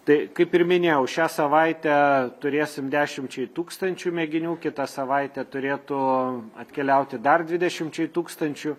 tai kaip ir minėjau šią savaitę turėsim dešimčiai tūkstančių mėginių kitą savaitę turėtų atkeliauti dar dvidešimčiai tūkstančių